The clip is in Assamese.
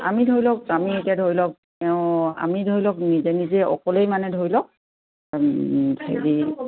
আমি ধৰি লওক আমি এতিয়া ধৰি লওক তেওঁ আমি ধৰি লওক নিজে নিজে অকলেই মানে ধৰি লওক হেৰি